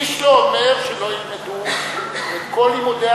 איש לא אומר שלא ילמדו את כל לימודי